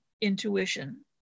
intuition